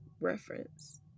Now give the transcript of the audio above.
reference